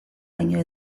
baina